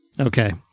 Okay